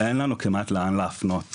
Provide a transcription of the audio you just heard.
אין לנו כמעט לאן להפנות אנשים.